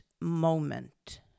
moment